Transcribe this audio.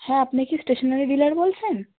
হ্যাঁ আপনি কি স্টেশেনারি ডিলার বলছেন